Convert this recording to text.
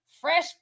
fresh